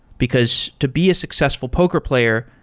because to be a successful poker player,